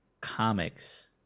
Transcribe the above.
comics